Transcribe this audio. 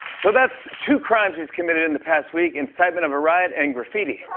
so that's two crimes he's committed in the past week incitement of a riot and graffiti.